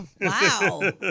Wow